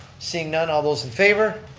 seeing none, all those in favor?